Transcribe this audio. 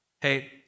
Hey